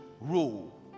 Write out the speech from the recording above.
rule